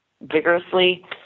vigorously